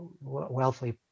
wealthy